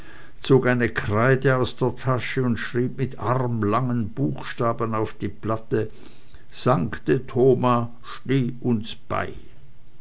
zog eine kreide aus der tasche und schrieb mit armlangen buchstaben auf die platte sancte thoma steh uns bei